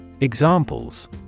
Examples